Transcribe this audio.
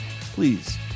Please